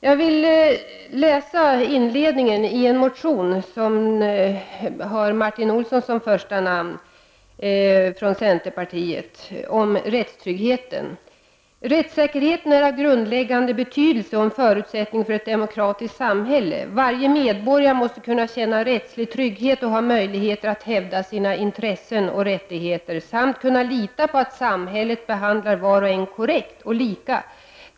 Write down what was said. Jag vill läsa upp inledningen till en motion, som har väckts av Martin Olsson m.fl. från centerpartiet, om rättstryggheten: ”Rättssäkerheten är av grundläggande betydelse som förutsättning för ett demokratiskt samhälle. Varje medborgare måste kunna känna rättslig trygghet och ha möjligheter att hävda sina intressen och rättigheter samt kunna lita på att samhället behandlar var och en korrekt och lika.